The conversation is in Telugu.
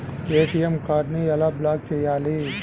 ఏ.టీ.ఎం కార్డుని ఎలా బ్లాక్ చేయాలి?